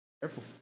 Careful